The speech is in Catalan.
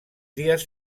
dies